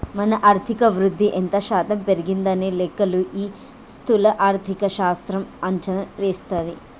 మన ఆర్థిక వృద్ధి ఎంత శాతం పెరిగిందనే లెక్కలు ఈ స్థూల ఆర్థిక శాస్త్రం అంచనా వేస్తది